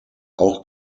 auch